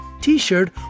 t-shirt